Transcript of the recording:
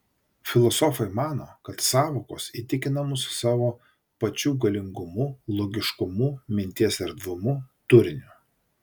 filosofai mano kad sąvokos įtikina mus savo pačių galingumu logiškumu minties erdvumu turiniu